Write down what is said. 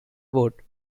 vote